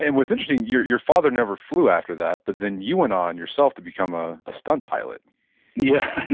and what's interesting, your your father never flew after that but then you went on yourself to become a stunt pilot yeah,